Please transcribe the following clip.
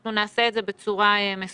אנחנו נעשה את זה בצורה מסודרת.